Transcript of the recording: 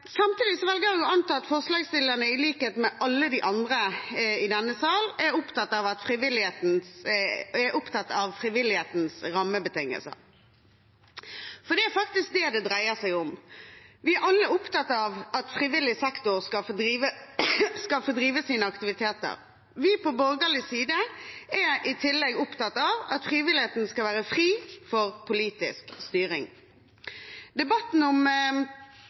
Samtidig velger jeg å anta at forslagsstillerne, i likhet med alle de andre i denne sal, er opptatt av frivillighetens rammebetingelser, for det er det det dreier seg om. Vi er alle opptatt av at frivillig sektor skal få drive sine aktiviteter. Vi på borgerlig side er i tillegg opptatt av at frivilligheten skal være fri for politisk styring. Debatten om